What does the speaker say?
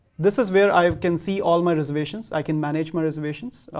this is where i can see all my reservations. i can manage my reservations.